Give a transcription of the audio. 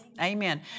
Amen